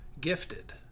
gifted